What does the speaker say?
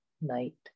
night